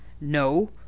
No